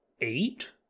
eight